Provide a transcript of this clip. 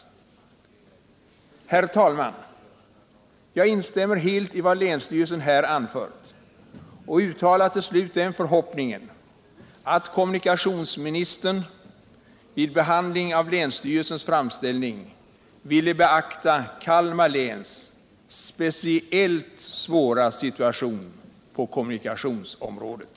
Herr talman! Jag instämmer helt i vad länsstyrelsen här anfört och uttalar till slut den förhoppningen att kommunikationsministern vid behandling av länsstyrelsens framställning ville beakta Kalmar läns speciellt svåra situation på kommunikationsområdet.